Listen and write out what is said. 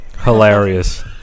Hilarious